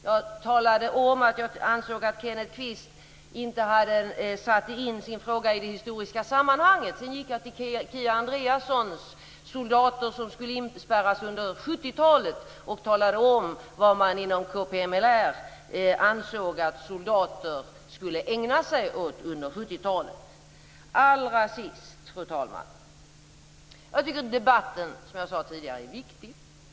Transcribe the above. Jag talade om att jag anser att Kenneth Kvist inte har satt in sin fråga i det historiska sammanhanget. Sedan övergick jag till Kia Andreassons soldater, som skulle inspärras under 70-talet, och talade om vad man inom KPML ansåg att soldater skulle ägna sig åt under 70-talet. Allra sist, fru talman, tycker jag att den här debatten är viktig, som jag sade tidigare.